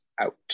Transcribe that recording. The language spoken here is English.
out